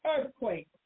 Earthquake